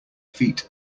feet